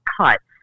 cuts